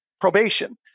probation